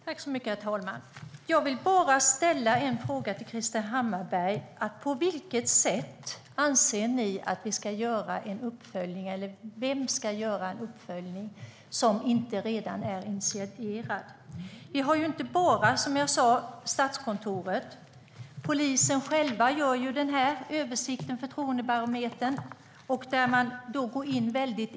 Herr talman! Jag vill ställa en fråga till Krister Hammarbergh: På vilket sätt och vem, anser ni, ska göra en uppföljning som inte redan är initierad? De är inte bara fråga om Statskontoret, utan polisen själv har tagit fram en översikt i Förtroendebarometern. Man går in i detalj.